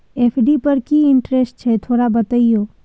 FD पर की interest छय थोरा बतईयो?